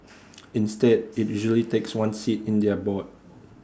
instead IT usually takes one seat in their board